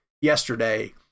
yesterday